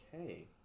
okay